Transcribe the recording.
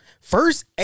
First